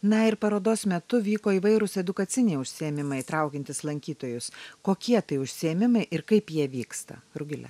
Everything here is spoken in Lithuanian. na ir parodos metu vyko įvairūs edukaciniai užsiėmimai įtraukiantys lankytojus kokie tai užsiėmimai ir kaip jie vyksta rugile